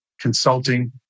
consulting